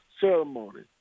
ceremony